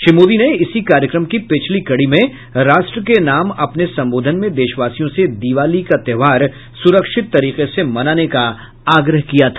श्री मोदी ने इसी कार्यक्रम की पिछली कड़ी में राष्ट्र के नाम अपने सम्बोधन में देशवासियों से दिवाली का त्यौहार सुरक्षित तरीके से मनाने का आग्रह किया था